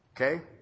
Okay